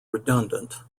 redundant